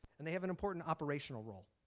and they have an important operational role.